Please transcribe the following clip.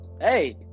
hey